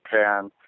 Japan